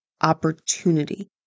opportunity